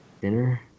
dinner